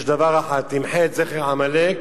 יש דבר אחד: תמחה את זכר עמלק,